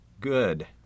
Good